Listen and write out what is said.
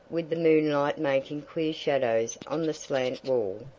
with the moonlight making queer shadows on the slant wall,